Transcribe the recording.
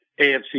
AFC